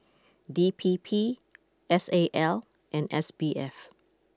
D P P S A L and S B F